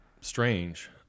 strange